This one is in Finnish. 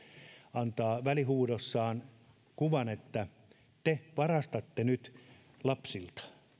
antaa välihuudossaan kuvan että me varastamme nyt lapsilta